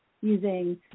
using